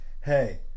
hey